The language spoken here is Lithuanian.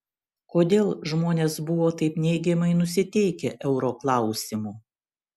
kodėl žmonės buvo taip neigiamai nusiteikę euro klausimu